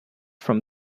from